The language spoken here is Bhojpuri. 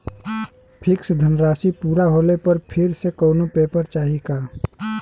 फिक्स धनराशी पूरा होले पर फिर से कौनो पेपर चाही का?